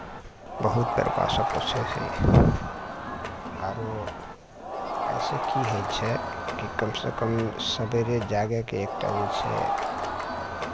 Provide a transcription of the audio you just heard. बहुत परबासभ पोसै छै आरो एहिसे की होइ छै कि कमसँ कम सवेरे जागयके एक टा जे छै